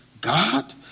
God